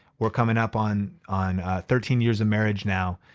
we're coming up on on thirteen years of marriage now.